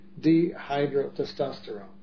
dehydrotestosterone